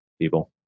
people